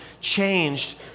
changed